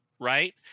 Right